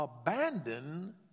Abandon